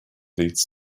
leads